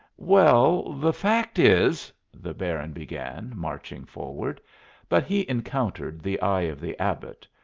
well, the fact is the baron began, marching forward but he encountered the eye of the abbot,